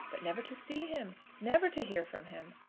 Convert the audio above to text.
but never to see him never to hear from him!